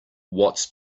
what